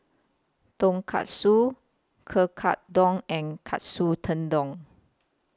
Tonkatsu Kekkadon and Katsu Tendon